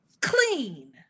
clean